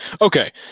Okay